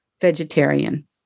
vegetarian